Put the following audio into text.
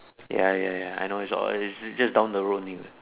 ya ya ya I know it's all it's just down the road only what